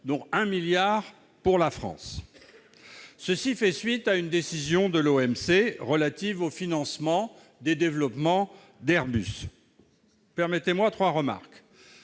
dont 1 milliard pour la France. Cela fait suite à une décision de l'OMC relative au financement des développements d'Airbus. Je ferai trois remarques.